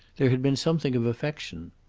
there had been something of affection.